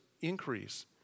increase